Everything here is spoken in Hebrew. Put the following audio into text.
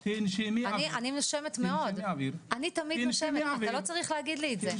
אני תמיד נושמת, אתה לא צריך להגיד לי את זה.